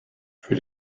für